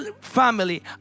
family